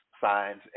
signs